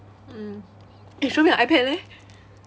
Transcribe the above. mm eh show me your ipad leh